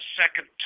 second